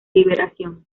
liberación